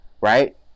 right